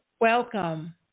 welcome